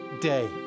day